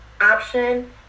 option